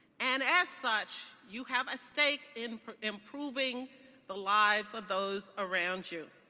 and as such, you have a stake in improving the lives of those around you.